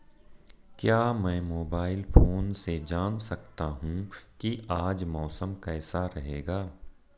क्या मैं mobile phone से जान सकता हूँ कि आज मौसम कैसा रहेगा?